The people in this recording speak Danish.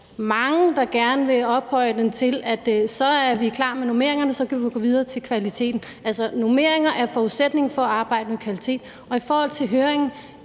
gerne vil ophøje det til: Så er vi klar med normeringerne, og så kan vi gå videre til kvaliteten. Altså, normeringer er forudsætningen for at arbejde med kvalitet.